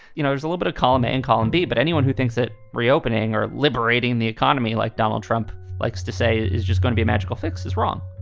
you know, there's a limit of colma and column b. but anyone who thinks that reopening or liberating the economy like donald trump likes to say is just going to be a magical fix is wrong